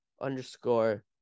underscore